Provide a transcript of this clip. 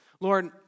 Lord